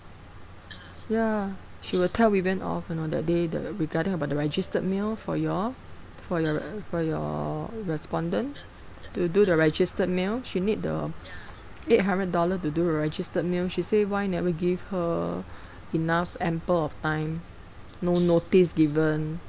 ya she will tell vivien off you know that day the regarding about the registered mail for you all for your r~ for your respondent to do the registered mail she need the eight hundred dollar to do a registered mail she say why never give her enough ample of time no notice given